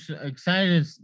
excited